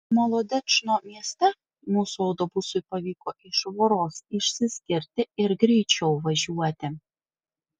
molodečno mieste mūsų autobusui pavyko iš voros išsiskirti ir greičiau važiuoti